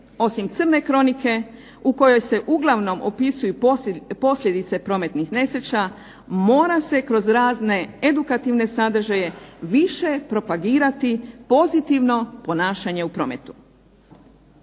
Osim "Crne kronike" u kojoj se uglavnom opisuju posljedice prometnih nesreća, mora se kroz razne edukativne sadržaje više propagirati pozitivno ponašanje u prometu.